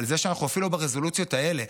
אבל אנחנו אפילו לא ברזולוציות האלה,